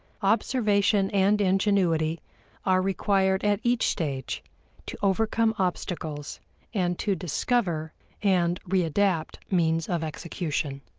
observation and ingenuity are required at each stage to overcome obstacles and to discover and readapt means of execution.